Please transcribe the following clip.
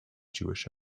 jewish